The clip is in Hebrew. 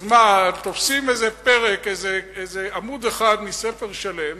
אז מה, תופסים איזה פרק, עמוד אחד מספר שלם